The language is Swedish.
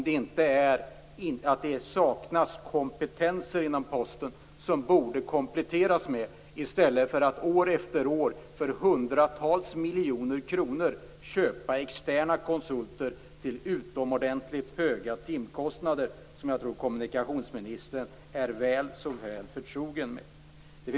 Saknas det inte kompetens inom Posten, som man borde komplettera i stället för att år efter år till utomordentligt höga timkostnader köpa externa konsulttjänster för hundratals miljoner kronor? Jag tror att kommunikationsministern är väl förtrogen med detta.